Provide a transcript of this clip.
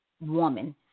woman